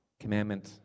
Commandment